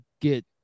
get